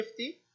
50